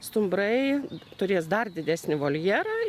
stumbrai turės dar didesnį voljerą